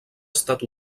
estat